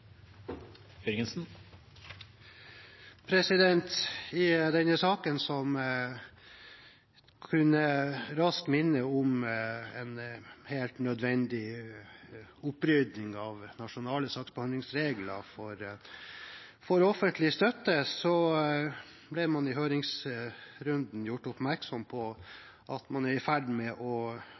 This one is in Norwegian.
I denne saken, som raskt kunne minne om en helt nødvendig opprydning av nasjonale saksbehandlingsregler for offentlig støtte, ble man i høringsrunden gjort oppmerksom på at man er i ferd med å